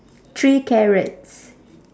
three carrots